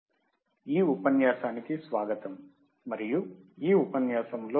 passive మరియు active ఫిల్టర్ల పరిచయము మరియు ఆప్ యాంప్ ఆధారిత లో పాస్ ఫిల్టర్ ఈ ఉపన్యాసానికి స్వాగతం